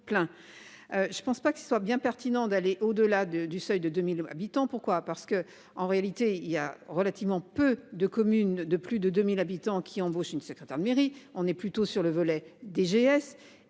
Je ne pense pas que ce soit bien pertinent d'aller au-delà de du seuil de 2000 habitants. Pourquoi, parce que, en réalité il y a relativement peu de communes de plus de 2000 habitants qui embauche une. Attends mairie on est plutôt sur le volet DGS